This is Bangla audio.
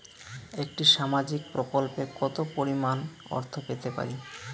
একটি সামাজিক প্রকল্পে কতো পরিমাণ অর্থ পেতে পারি?